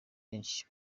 benshi